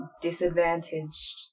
disadvantaged